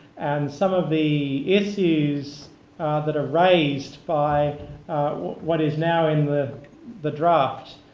and some of the issues that are raised by what what is now in the the draft.